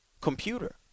computer